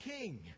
king